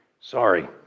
sorry